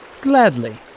Gladly